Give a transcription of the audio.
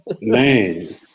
Man